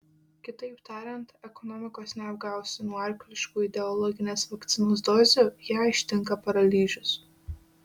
kitaip tariant ekonomikos neapgausi nuo arkliškų ideologinės vakcinos dozių ją ištinka paralyžius